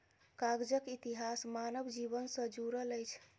कागजक इतिहास मानव जीवन सॅ जुड़ल अछि